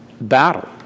battle